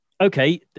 Okay